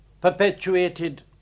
perpetuated